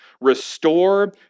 Restore